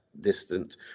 distant